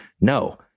No